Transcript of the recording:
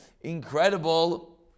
incredible